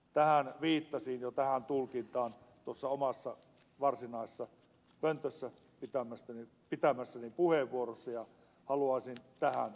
viittasin jo tähän tulkintaan tuossa omassa varsinaisessa pöntöstä pitämässäni puheenvuorossa ja haluaisin tähän selvennystä